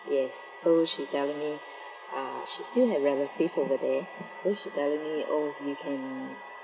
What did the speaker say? yes so she telling me ah she still have relatives over there then she telling me oh you can